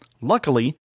Luckily